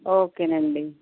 okay అండి